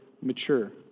mature